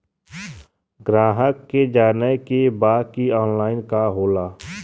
ग्राहक के जाने के बा की ऑनलाइन का होला?